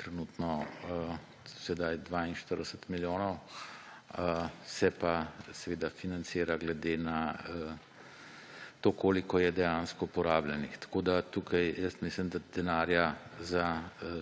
trenutno sedaj 42 milijonov. Se pa seveda financira na to, koliko je dejansko porabljenih. Tako da tukaj jaz mislim, da denarja za